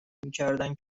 میکردند